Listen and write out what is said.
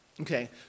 Okay